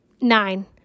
Nine